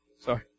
Sorry